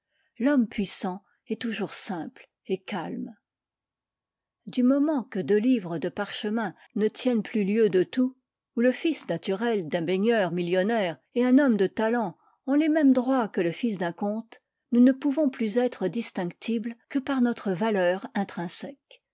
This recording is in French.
l'homme puissant est toujours simple et calme du moment que deux livres de parchemin ne tiennent plus lieu de tout où le fils naturel d'un baigneur millionnaire et un homme de talent ont les mêmes droits que le fils d'un comte nous ne pouvons plus être distinctibles que par notre valeur intrinsèque